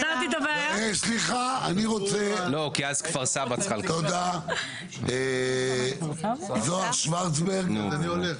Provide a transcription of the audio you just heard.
סליחה אני רוצה תודה, זוהר שוורצברג.